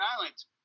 Islands